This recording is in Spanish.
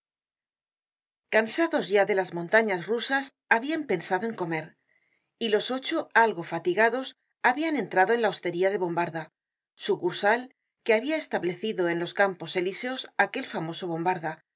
cansados ya de las montañas rusas habian pensado en comer y los ocho algo fatigados habian entrado en la hostería de bombarda sucursal que habia establecido en los campos elíseos aquel famoso bombarda cuya